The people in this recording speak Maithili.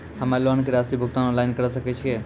हम्मे लोन के रासि के भुगतान ऑनलाइन करे सकय छियै?